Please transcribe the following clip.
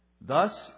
Thus